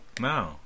No